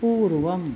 पूर्वम्